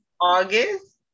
august